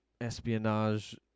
espionage